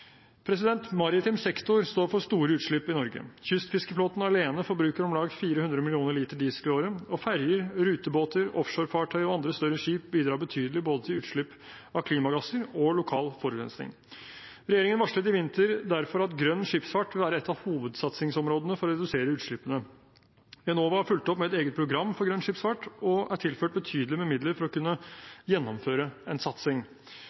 Maritim sektor står for store utslipp i Norge. Kystfiskeflåten alene forbruker om lag 400 millioner liter diesel i året, og ferjer, rutebåter, offshorefartøyer og andre større skip bidrar betydelig både til utslipp av klimagasser og lokal forurensning. Regjeringen varslet i vinter derfor at grønn skipsfart vil være et av hovedsatsingsområdene for å redusere utslippene. Enova fulgte opp med et eget program for grønn skipsfart og er tilført betydelig med midler for å kunne gjennomføre en satsing.